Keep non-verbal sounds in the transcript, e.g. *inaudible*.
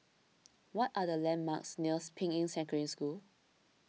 what are the landmarks near *unintelligible* Ping Yi Secondary School